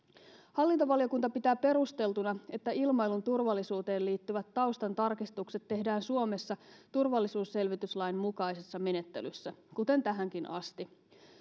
hallintovaliokunta pitää perusteltuna että ilmailun turvallisuuteen liittyvät taustan tarkistukset tehdään suomessa turvallisuusselvityslain mukaisessa menettelyssä kuten tähänkin asti